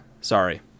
sorry